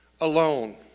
alone